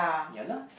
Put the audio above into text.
ya lah